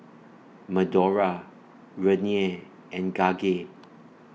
Madora Renea and Gage